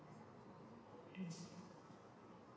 mm